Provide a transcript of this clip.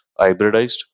hybridized